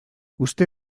uste